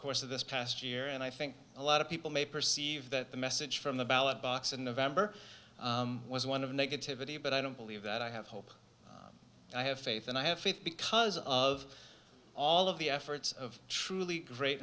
course of this past year and i think a lot of people may perceive that the message from the ballot box in november was one of negativity but i don't believe that i have hope i have faith and i have faith because of all of the efforts of truly great